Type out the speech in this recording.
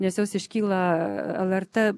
nes jos iškyla lrt